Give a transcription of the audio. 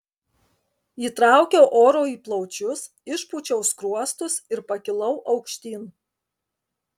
įtraukiau oro į plaučius išpūčiau skruostus ir pakilau aukštyn